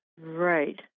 Right